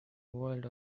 world